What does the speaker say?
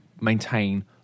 maintain